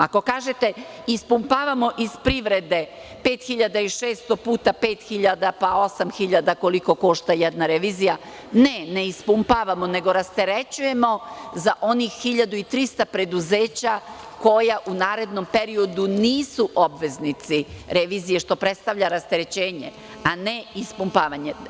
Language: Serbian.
Ako kažete, ispumpavamo iz privrede 5.600, pa puta 8.000 koliko košta jedan revizija, ne, ne ispumpavamo, nego rasterećujemo za onih 1.300 preduzeća koja u narednom periodu nisu obveznici revizije što predstavlja rasterećenje, a ne ispumpavanje.